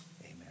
amen